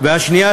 השנייה,